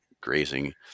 grazing